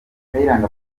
kayiranga